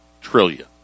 trillion